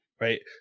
Right